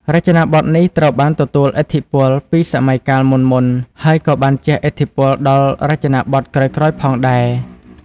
រចនាបថនេះត្រូវបានទទួលឥទ្ធិពលពីសម័យកាលមុនៗ ហើយក៏បានជះឥទ្ធិពលដល់រចនាបថក្រោយៗផងដែរ។